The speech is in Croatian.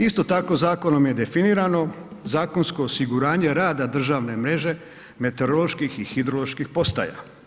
Isto tako zakonom je definirano zakonsko osiguranje rada državne mreže meteoroloških i hidroloških postaja.